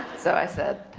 so i said,